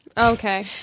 okay